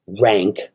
rank